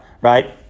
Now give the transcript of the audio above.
right